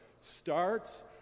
starts